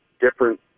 different